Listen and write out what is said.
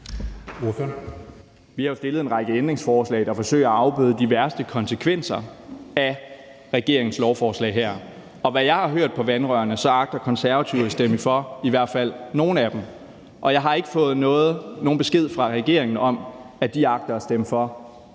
Vi har jo stillet en række ændringsforslag, der forsøger at afbøde de værste konsekvenser af regeringens lovforslag her. Efter hvad jeg har hørt på vandrørene, agter Konservative at stemme for i hvert fald nogle af dem. Jeg har ikke fået nogen besked fra regeringen om, at de agter at stemme for